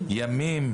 ימים.